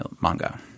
manga